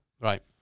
Right